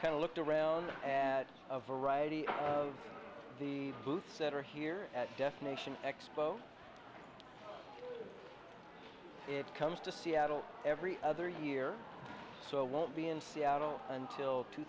of looked around and variety of the foods that are here at destination expo it comes to seattle every other year so it won't be in seattle until two